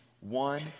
one